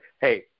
Hey